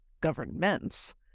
governments